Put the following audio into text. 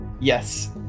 Yes